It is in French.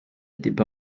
étaient